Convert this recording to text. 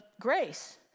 grace